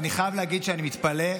ואני חייב להגיד שאני מתפלא,